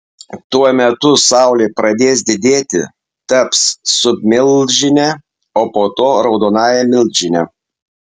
tuo metu saulė pradės didėti taps submilžine o po to raudonąja milžine